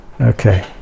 Okay